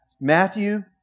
Matthew